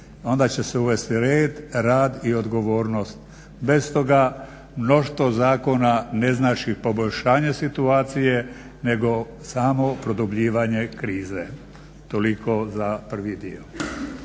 Onda će se uvesti red, rad i odgovornost. Bez toga mnoštvo zakona ne znači poboljšanje situacije nego samo produbljivanje krize. Toliko da za prvi dio.